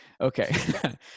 Okay